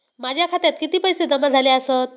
माझ्या खात्यात किती पैसे जमा झाले आसत?